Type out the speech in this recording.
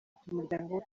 umuryango